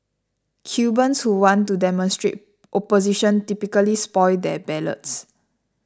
Cubans who want to demonstrate opposition typically spoil their ballots